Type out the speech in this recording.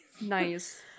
nice